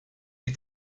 est